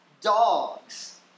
dogs